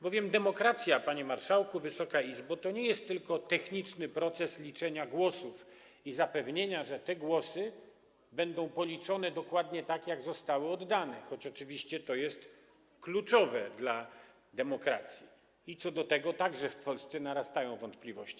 Bowiem demokracja, panie marszałku, Wysoka Izbo, to nie jest tylko techniczny proces liczenia głosów i zapewnienia, że te głosy będą policzone dokładnie tak, jak zostały oddane, choć oczywiście to jest kluczowe dla demokracji i co do tego, także w Polsce, narastają wątpliwości.